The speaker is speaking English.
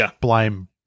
blame